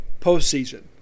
postseason